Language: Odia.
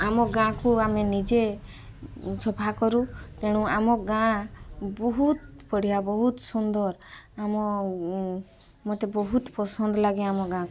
ଆମ ଗାଁକୁ ଆମେ ନିଜେ ସଫା କରୁ ତେଣୁ ଆମ ଗାଁ ବହୁତ ବଢ଼ିଆ ବହୁତ ସୁନ୍ଦର ଆମ ମୋତେ ବହୁତ ପସନ୍ଦ ଲାଗେ ଆମ ଗାଁକୁ